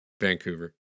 Vancouver